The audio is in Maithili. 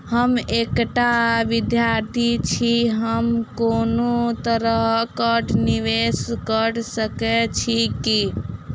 हम एकटा विधार्थी छी, हम कोनो तरह कऽ निवेश कऽ सकय छी की?